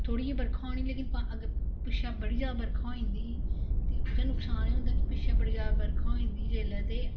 थोह्ड़ी जेही बर्खा होनी लेकिन पानी अग्गे पिच्छे बड़ी ज्यादा बर्खा होई जंदी ही ते ओहदा नुक्सान ऐ होंदा कि पिच्छे बड़ी ज्यादा बर्खा होई जंदी ही जिसलै ते